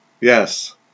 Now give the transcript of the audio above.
Yes